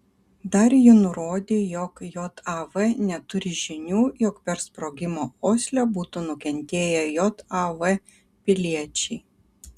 dar ji nurodė jog jav neturi žinių jog per sprogimą osle būtų nukentėję jav piliečiai